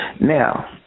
Now